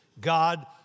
God